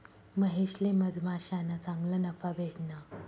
महेशले मधमाश्याना चांगला नफा भेटना